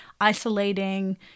isolating